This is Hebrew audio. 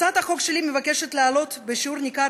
הצעת החוק שלי מבקשת להעלות בשיעור ניכר